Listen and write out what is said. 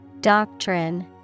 Doctrine